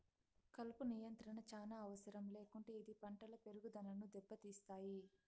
కలుపు నియంత్రణ చానా అవసరం లేకుంటే ఇది పంటల పెరుగుదనను దెబ్బతీస్తాయి